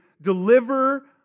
deliver